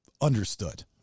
understood